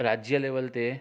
राज्य लैवल ते